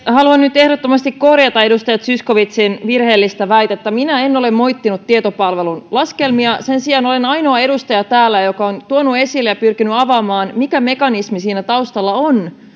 haluan nyt ehdottomasti korjata edustaja zyskowiczin virheellistä väitettä minä en ole moittinut tietopalvelun laskelmia sen sijaan olen ainoa edustaja täällä joka on tuonut esille ja pyrkinyt avaamaan mikä mekanismi siinä taustalla on